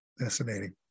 Fascinating